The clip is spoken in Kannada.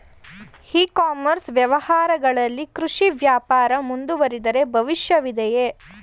ಇ ಕಾಮರ್ಸ್ ವ್ಯವಹಾರಗಳಲ್ಲಿ ಕೃಷಿ ವ್ಯಾಪಾರ ಮುಂದುವರಿದರೆ ಭವಿಷ್ಯವಿದೆಯೇ?